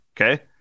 Okay